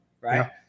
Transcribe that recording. right